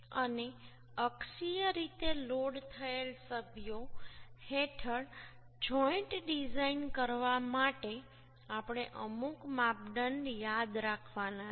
અને અક્ષીય રીતે લોડ થયેલ સભ્યો હેઠળ જોઈન્ટ ડિઝાઇન કરવા માટે આપણે અમુક માપદંડો યાદ રાખવાના છે